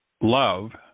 love